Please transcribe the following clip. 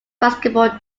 basketball